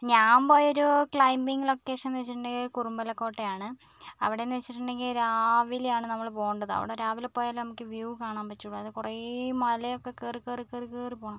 ഞാൻ പോയൊരു ക്ലൈമ്പിങ് ലൊക്കേഷൻന്നു വെച്ചിട്ടുണ്ടെങ്കിൽ കുറുമ്പല കോട്ടയാണ് അവിടെ നിന്നു വെച്ചിട്ടുണ്ടെങ്കിൽ രാവിലെയാണ് നമ്മൾ പോകേണ്ടത് അവിടെ രാവിലെ പോയാലേ നമുക്ക് വ്യൂ കാണാൻ പറ്റുള്ളൂ അത് കുറെ മലയൊക്കെ കയറി കയറി കയറി പോകണം